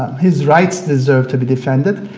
his rights deserve to be defended,